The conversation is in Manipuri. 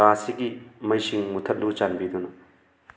ꯀꯥ ꯑꯁꯤꯒꯤ ꯃꯩꯁꯤꯡ ꯃꯨꯊꯠꯂꯨ ꯆꯥꯟꯕꯤꯗꯨꯅ